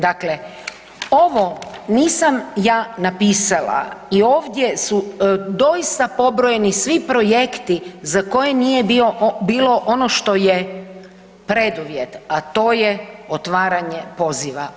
Dakle, ovo nisam ja napisala i ovdje su doista pobrojeni svi projekti za koje nije bilo ono što je preduvjet a to je otvaranje poziva.